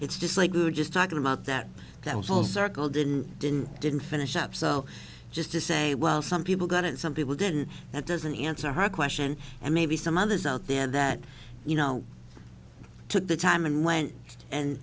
it's just like we were just talking about that that was all circle didn't didn't didn't finish up so just to say well some people got it some people didn't that doesn't answer her question and maybe some others out there that you know took the time and went and